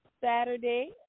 Saturday